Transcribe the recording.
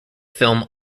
film